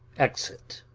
exit.